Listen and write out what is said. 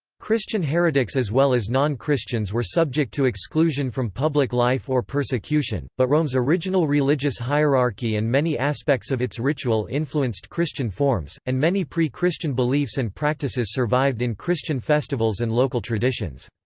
christian heretics as well as non-christians were subject to exclusion from public life or persecution, but rome's original religious hierarchy and many aspects of its ritual influenced christian forms, and many pre-christian beliefs and practices survived in christian festivals and local traditions.